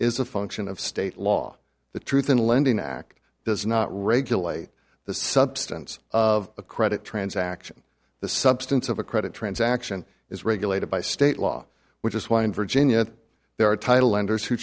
is a function of state law the truth in lending act does not regulate the substance of a credit transaction the substance of a credit transaction is regulated by state law which is why in virginia there are title